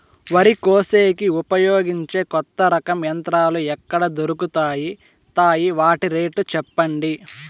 వరి కోసేకి ఉపయోగించే కొత్త రకం యంత్రాలు ఎక్కడ దొరుకుతాయి తాయి? వాటి రేట్లు చెప్పండి?